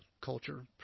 culture